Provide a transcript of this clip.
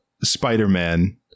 Spider-Man